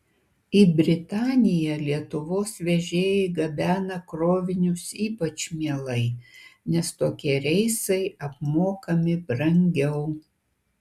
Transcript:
į britaniją lietuvos vežėjai gabena krovinius ypač mielai nes tokie reisai apmokami brangiau